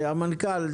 המנכ"ל,